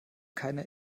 keiner